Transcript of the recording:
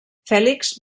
fèlix